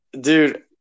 dude